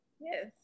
yes